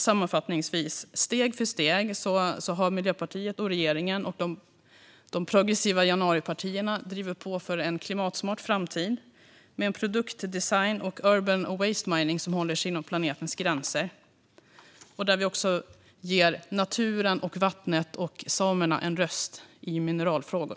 Sammanfattningsvis har Miljöpartiet, regeringen och de progressiva januaripartierna steg för steg drivit på för en klimatsmart framtid med produktdesign och urban mining och waste mining som håller sig inom planetens gränser och där vi också ger naturen, vattnet och samerna en röst i mineralfrågor.